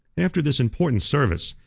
after this important service,